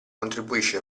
contribuisce